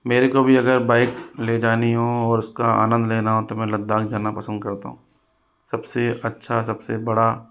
मेरे को भी अगर बाइक ले जानी हो तो उसका आनंद लेना हो तो मैं लद्दाख जाना पसंद करता हूँ सबसे अच्छा सबसे बड़ा